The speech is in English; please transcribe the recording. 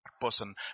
person